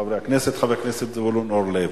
חבר הכנסת זבולון אורלב.